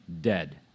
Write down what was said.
dead